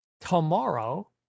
tomorrow